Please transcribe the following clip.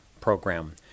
program